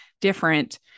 different